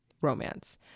romance